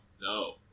No